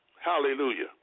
Hallelujah